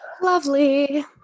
lovely